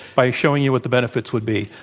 by showing you what the benefits would be.